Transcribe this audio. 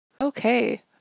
Okay